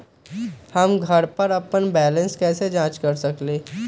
हम घर पर अपन बैलेंस कैसे जाँच कर सकेली?